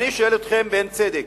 אני שואל אתכם ב"הן צדק",